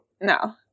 No